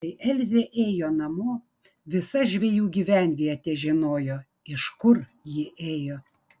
kai elzė ėjo namo visa žvejų gyvenvietė žinojo iš kur ji ėjo